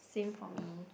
same for me